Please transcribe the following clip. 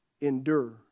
endure